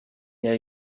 della